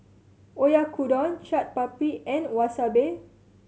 Oyakodon Chaat Papri and Wasabi